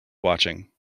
watching